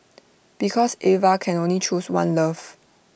because Eva can only choose one love